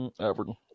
Everton